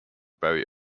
barry